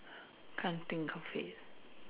can't think of it